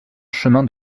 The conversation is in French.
chemin